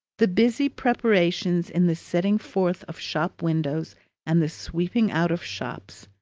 the busy preparations in the setting forth of shop windows and the sweeping out of shops,